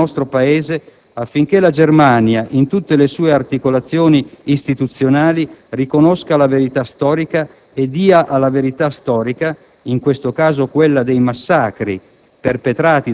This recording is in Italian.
da parte del nostro Paese, affinché la Germania, in tutte le sue articolazioni istituzionali, riconosca la verità storica e dia alla verità storica, in questo caso quella dei massacri